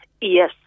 Yes